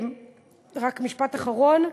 רק משפט אחרון: